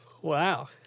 Wow